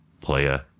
Playa